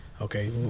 Okay